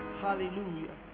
hallelujah